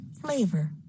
flavor